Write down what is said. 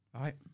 right